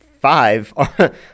five